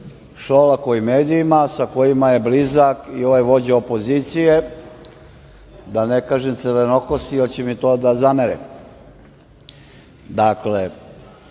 Šolakovim medijima sa kojima je blizak i ovaj vođa opozicije, da ne kažem crvenokosi, jer će mi to onda zameriti. Dakle,